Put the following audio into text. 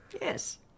Yes